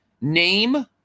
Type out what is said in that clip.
Name